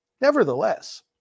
Nevertheless